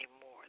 more